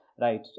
Right